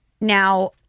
Now